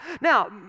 Now